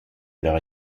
leur